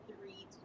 three